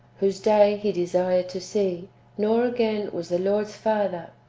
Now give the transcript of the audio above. whose day he desired to see nor, again, was the lord's father,